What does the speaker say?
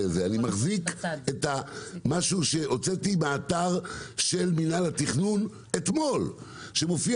אני מחזיק משהו שהוצאתי מהאתר של מינהל התכנון אתמול שמופיע